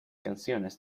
canciones